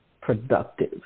productive